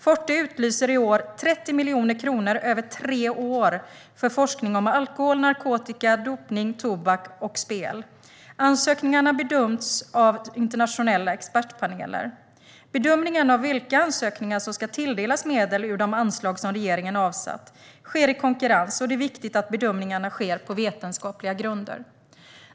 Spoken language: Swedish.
Forte utlyser i år 30 miljoner kronor över tre år för forskning om alkohol, narkotika, dopning, tobak och spel. Ansökningarna bedöms av internationella expertpaneler. Bedömningen av vilka ansökningar som ska tilldelas medel ur de anslag som regeringen avsatt sker i konkurrens, och det är viktigt att bedömningarna sker på vetenskapliga grunder.